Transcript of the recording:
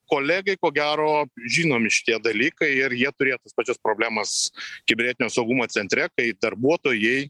kolegai ko gero žinomi šitie dalykai ir jie turėjo tas pačias problemas kibernetinio saugumo centre kai darbuotojai